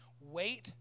Wait